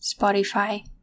Spotify